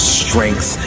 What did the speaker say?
strength